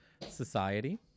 society